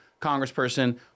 Congressperson